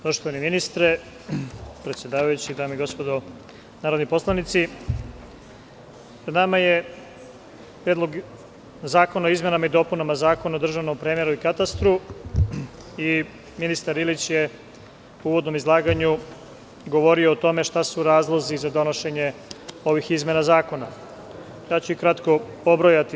Poštovani ministre, predsedavajući, dame i gospodo narodni poslanici, pred nama je Predlog zakona o izmenama i dopunama Zakona o državnom premeru i katastru i ministar Ilić je u uvodnom izlaganju govorio o tome šta su razlozi za donošenje ovih izmena zakona, kratko ću ih pobrojati.